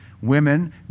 Women